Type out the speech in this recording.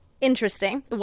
Interesting